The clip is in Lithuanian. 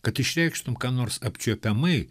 kad išreikštum ką nors apčiuopiamai